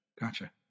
Gotcha